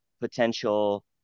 potential